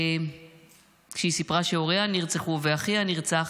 כשהיא סיפרה שהוריה נרצחו ואחיה נרצח,